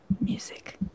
Music